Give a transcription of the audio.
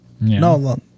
No